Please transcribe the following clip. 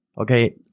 okay